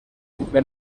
ben